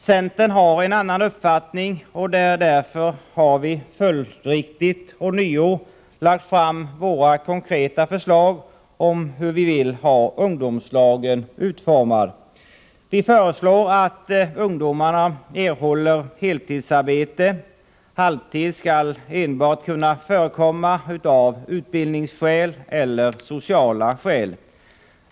Centern har en annan uppfattning, och därför har vi följdriktigt ånyo lagt fram våra konkreta förslag om hur vi vill ha ungdomslagen utformad. Vi föreslår att ungdomarna erhåller heltidsarbete. Halvtidsarbete skall enbart kunna förekomma av utbildningsskäl eller av sociala skäl.